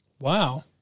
Wow